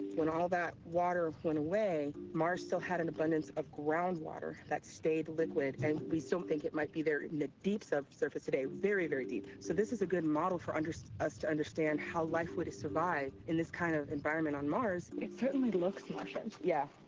when all that water went away, mars still had an abundance of groundwater that stayed liquid, and we still think it might be there in the deep subsurface today very, very deep. so this is a good model for us to understand how life would've survived in this kind of environment on mars. cleo it certainly looks martian. yeah.